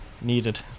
needed